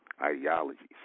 ideologies